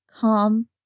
calm